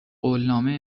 قولنامه